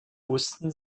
wussten